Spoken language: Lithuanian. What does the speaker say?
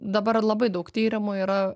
dabar labai daug tyrimų yra